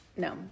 No